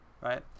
Right